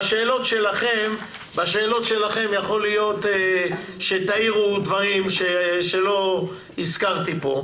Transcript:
יכול להיות שתאירו דברים שלא הזכרתי פה,